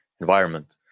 environment